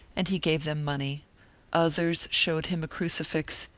and he gave them money others showed him a crucifix,